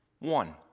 One